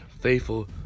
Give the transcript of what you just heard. Faithful